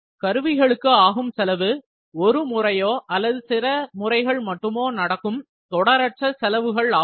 கருவிகளுக்கு ஆகும் செலவு ஒரு முறையோ அல்லது சில முறைகள் மட்டுமோ நடக்கும் தொடரற்ற செலவுகள் ஆகும்